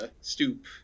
stoop